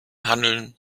handeln